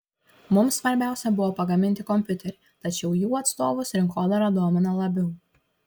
mums svarbiausia buvo pagaminti kompiuterį tačiau jų atstovus rinkodara domina labiau